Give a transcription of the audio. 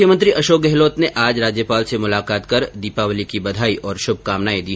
मुख्यमंत्री अशोक गहलोत ने आज राज्यपाल से मुलाकात कर दीपावली की बधाई और शुभकामना दी